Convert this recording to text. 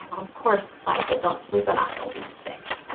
of course, flies that don't sleep enough, they'll be sick. and